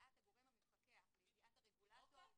לידיעת הגורם המפקח, לידיעת הרגולטור.